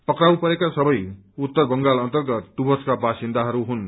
पक्राउ परेका सबै उत्तर बंगाल अन्तर्गत डुवर्सका बासिन्दाहरू हुन्